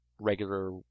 regular